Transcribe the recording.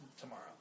tomorrow